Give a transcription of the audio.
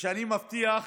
וכשאני מבטיח,